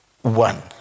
one